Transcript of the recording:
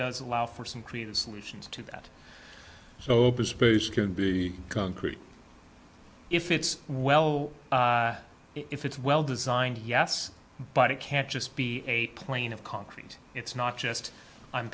does allow for some creative solutions to that so be concrete if it's well if it's well designed yes but it can't just be a plane of concrete it's not just